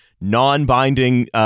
non-binding